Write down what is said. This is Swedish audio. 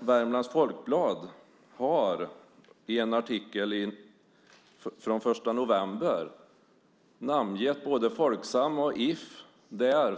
Värmlands Folkblad i en artikel från den 1 november har namngett både Folksam och If.